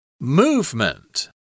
Movement